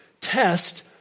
test